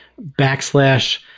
backslash